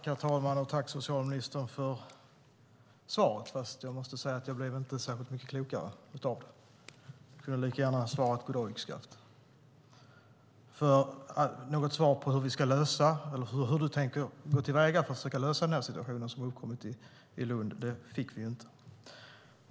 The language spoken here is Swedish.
Herr talman! Jag tackar socialministern för svaret, fast jag måste säga att jag inte blev särskilt mycket klokare av det. Han kunde lika gärna ha svarat god dag yxskaft, för något svar på hur vi ska lösa detta eller hur han tänker gå till väga för att försöka lösa den situation som har uppkommit i Lund fick vi inte.